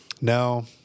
No